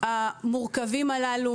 -- המורכבים הללו,